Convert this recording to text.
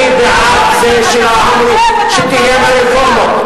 אני בעד זה שיתקיימו הרפורמות,